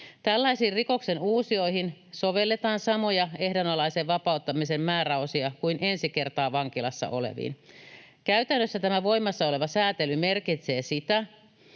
Tällaisiin rikoksenuusijoihin sovelletaan samoja ehdonalaisen vapauttamisen määräosia kuin ensi kertaa vankilassa oleviin. Käytännössä tämä voimassa oleva sääntely merkitsee sitä,